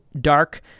dark